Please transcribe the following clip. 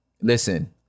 listen